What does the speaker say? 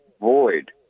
void